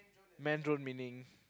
man drone meaning